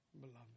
beloved